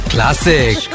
Classic